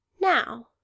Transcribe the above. Now